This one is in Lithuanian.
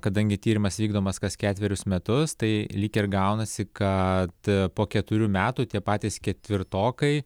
kadangi tyrimas vykdomas kas ketverius metus tai lyg ir gaunasi kad po keturių metų tie patys ketvirtokai